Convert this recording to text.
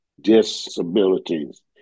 disabilities